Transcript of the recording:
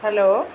hello